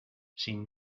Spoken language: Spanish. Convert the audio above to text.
sin